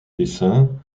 dessins